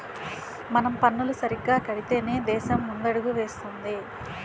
మనం పన్నులు సరిగ్గా కడితేనే దేశం ముందడుగులు వేస్తుంది